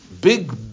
big